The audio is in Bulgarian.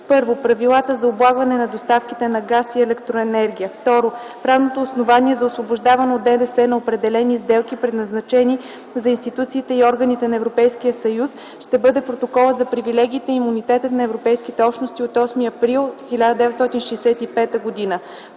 с: 1. Правилата за облагане на доставките на газ и електроенергия. 2. Правното основание за освобождаване от ДДС на определени сделки, предназначени за институциите и органите на Европейския съюз, ще бъде Протоколът за привилегиите и имунитета на Европейските общности от 8 април 1965 г.